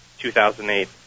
2008